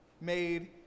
made